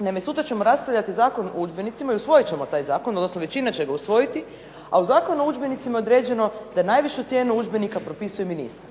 Naime, sutra ćemo raspravljati Zakon o udžbenicima i usvojit ćemo taj zakon, odnosno većina će ga usvojiti, a u Zakonu o udžbenicima je određeno da najvišu cijenu udžbenika propisuje ministar.